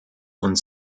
und